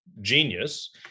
genius